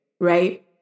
right